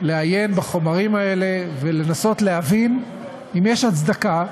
לעיין בחומרים האלה ולנסות להבין אם יש הצדקה,